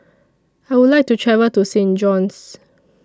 I Would like to travel to Saint John's